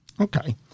Okay